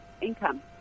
income